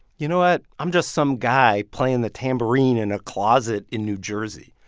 you know what? i'm just some guy playing the tambourine in a closet in new jersey.